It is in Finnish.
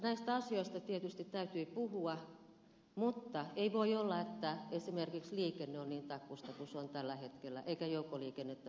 näistä asioista tietysti täytyy puhua mutta ei voi olla että esimerkiksi liikenne on niin takkuista kuin se on tällä hetkellä eikä joukkoliikennettä pystytä parantamaan